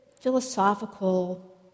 philosophical